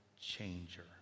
changer